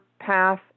path